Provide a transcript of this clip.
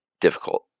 difficult